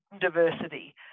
diversity